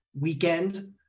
weekend